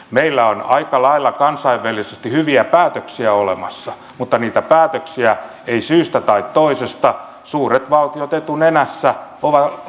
meillä on aika lailla kansainvälisesti hyviä päätöksiä olemassa mutta niitä päätöksiä eivät syystä tai toisesta suuret valtiot etunenässä ole laittaneet toimeen